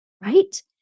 right